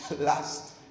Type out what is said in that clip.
last